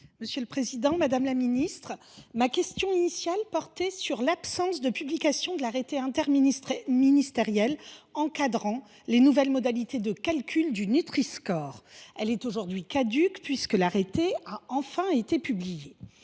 aux soins. Madame la ministre, ma question devait initialement porter sur l’absence de publication de l’arrêté interministériel encadrant les nouvelles modalités de calcul du Nutri score. Elle est aujourd’hui caduque, car cet arrêté a enfin été publié.